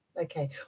Okay